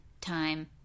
Time